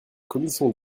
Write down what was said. commission